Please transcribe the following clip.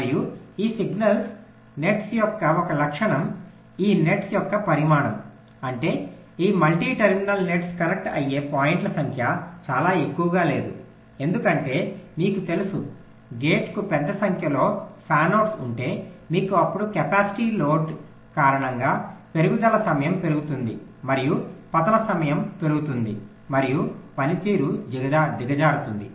మరియు ఈ signal nets యొక్క ఒక లక్షణం ఈ నెట్ యొక్క పరిమాణం అంటే ఈ మల్టీ టెర్మినల్ నెట్స్ కనెక్ట్ అయ్యే పాయింట్ల సంఖ్య చాలా ఎక్కువగా లేదు ఎందుకంటే మీకు తెలుసు గేట్ కు పెద్ద సంఖ్యలో ఫ్యాన్ అవుట్స్ ఉంటే మీకు అప్పుడు కెపాసిటీ లోడ్ కారణంగా పెరుగుదల సమయం పెరుగుతుంది మరియు పతనం సమయం పెరుగుతుంది మరియు పనితీరు దిగజారిపోతుంది